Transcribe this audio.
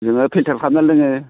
जोङो फिल्टार खालामनानै लोङो